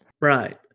Right